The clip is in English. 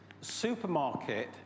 supermarket